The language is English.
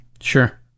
Sure